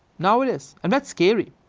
now it is. and that's scary.